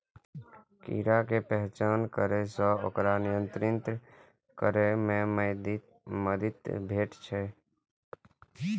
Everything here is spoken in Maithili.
कीड़ा के पहचान करै सं ओकरा नियंत्रित करै मे मदति भेटै छै